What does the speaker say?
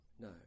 No